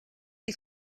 die